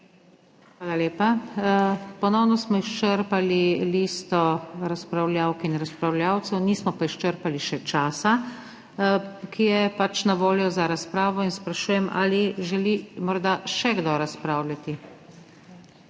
Hvala lepa. Ponovno smo izčrpali listo razpravljavk in razpravljavcev. Nismo pa izčrpali še časa, ki je na voljo za razpravo. Sprašujem, ali želi morda še kdo razpravljati?